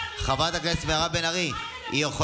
חברת הכנסת מירב בן ארי, תני לשרה.